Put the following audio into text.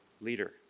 leader